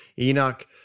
Enoch